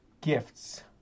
Gifts